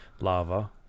lava